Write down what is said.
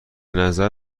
نظر